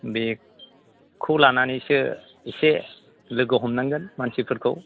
बेखौ लानानैसो इसे लोगो हमनांगोन मानसिफोरखौ